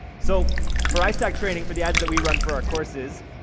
so for istack training for the ads that we run for our courses,